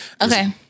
Okay